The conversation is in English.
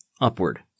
upward